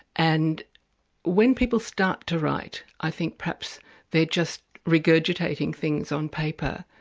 and when people start to write i think perhaps they're just regurgitating things on paper.